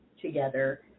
together